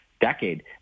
decade